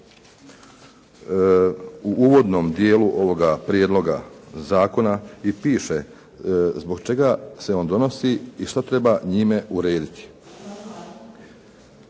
u uvodnom dijelu ovoga prijedloga zakona i piše zbog čega se on donosi i što treba njime urediti.